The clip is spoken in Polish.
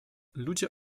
ludzie